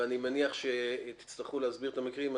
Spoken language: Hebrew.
ואני מניח שתצטרכו להסביר את המקרים.